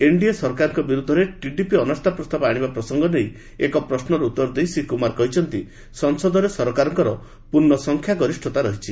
NDA ସରକାରଙ୍କ ବିରୋଧରେ TDP ଅନାସ୍ଥା ପ୍ରସ୍ତାବ ଆଣିବା ପ୍ରସଙ୍ଗ ନେଇ ଏକ ପ୍ରଶ୍ୱର ଉତ୍ତର ଦେଇ ଶ୍ରୀ କୁମାର କହିଛନ୍ତି ସଂସଦରେ ସରକାରଙ୍କର ପୂର୍ଣ୍ଣ ସଂଖ୍ୟା ଗରିଷତା ରହିଛି